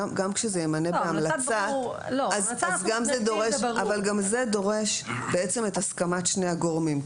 גם כשזה "ימנה בהמלצת" זה דורש בעצם את הסכמת שני הגורמים,